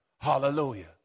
Hallelujah